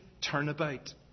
turnabout